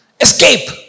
Escape